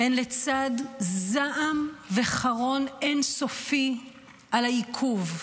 הן לצד זעם וחרון אין-סופי על העיכוב,